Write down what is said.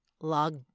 log